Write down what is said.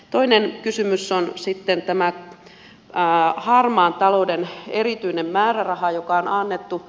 toinen kysymys on sitten tämä harmaan talouden erityinen määräraha joka on annettu